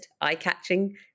eye-catching